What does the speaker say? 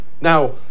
Now